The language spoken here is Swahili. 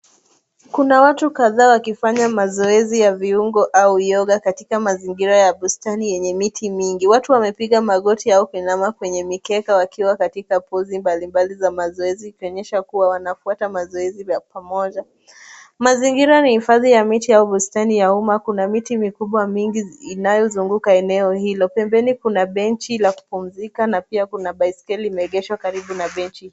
Kuna watu kadhaa wakifanya mazoezi ya viungo au yoga , katika mazingira ya bustani yenye miti mingi. Watu wamepiga magoti au kuinama kwenye mikeka, wakiwa katika pozi mbalimbali za mazoezi, ikionyesha kuwa wanafuata mazoezi kwa pamoja. Mazingira ni ya uhifadhi wa miti au bustani ya umma. Kuna miti mikubwa mingi, inayozunguka eneo hilo. Pembeni kuna benchi ya kupumzika na pia kuna baiskeli imeegeshwa karibu na benchi.